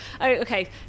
okay